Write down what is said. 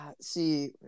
See